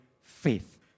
faith